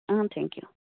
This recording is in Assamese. অঁ থেংক ইউ